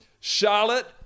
charlotte